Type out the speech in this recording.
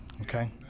okay